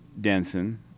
Denson